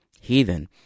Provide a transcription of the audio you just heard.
heathen